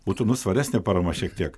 būtų nu svaresnė parama šiek tiek